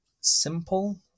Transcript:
simple